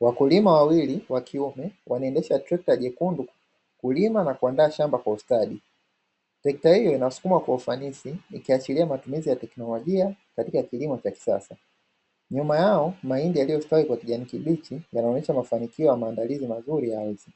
Wakulima wawilii wakiume wanaendesha trekta jekundu kulima na kuandaa shamba kwa ustadi, trekta hiyo inasukumwa kwa ufanisi ikiashiria matumizi ya teknolojia katika kilimo cha kisasa. Nyuma yao mahindi yaliyostawi kwa kijani kibichi yanaonyesha mafanikio ya maandalizi mazuri ya ardhi,